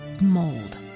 mold